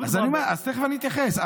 אז תכף אני אתייחס.